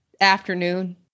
afternoon